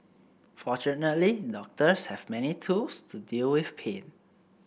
fortunately doctors have many tools to deal with pain